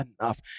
enough